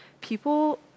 people